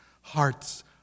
heart's